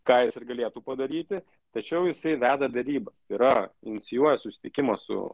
ką jis ir galėtų padaryti tačiau jisai veda derybas tai yra inicijuoja susitikimą su